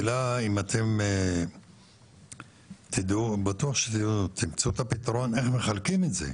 השאלה אם אתם תדעו -- בטוח שתמצאו את הפתרון איך מחלקים את זה,